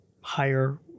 higher